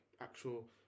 actual